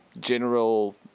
general